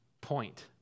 point